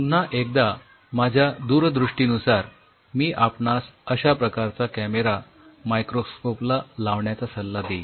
पुन्हा एकदा माझ्या दूरदृष्टीचानुसार मी आपणास अश्या प्रकारचा कॅमेरा मायक्रोस्कोप ला लावण्याचा सल्ला देईन